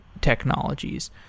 technologies